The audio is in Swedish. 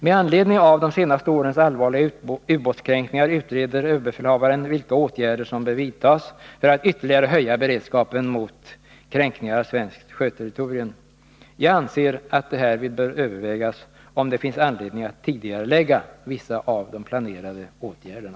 Med anledning av de senaste årens allvarliga ubåtskränkningar utreder överbefälhavaren vilka åtgärder som bör vidtas för att ytterligare höja beredskapen mot kränkningar av svenskt sjöterritorium. Jag anser att det härvid bör övervägas. om det finns anledning att tidigarelägga vissa av de planerade åtgärderna.